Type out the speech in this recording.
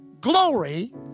glory